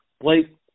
Blake